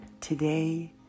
Today